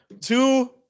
Two